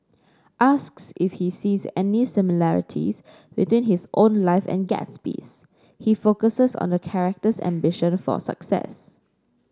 asks if he sees any similarities between his own life and Gatsby's he focuses on the character's ambition for success